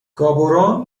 گابورون